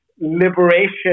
liberation